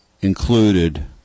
included